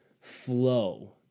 flow